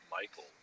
Michael